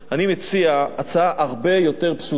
אני מציע הצעה הרבה יותר פשוטה,